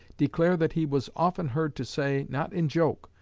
declare that he was often heard to say, not in joke,